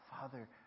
Father